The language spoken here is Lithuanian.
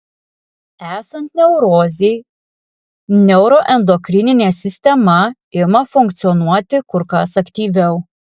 esant neurozei neuroendokrininė sistema ima funkcionuoti kur kas aktyviau